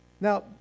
Now